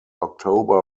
october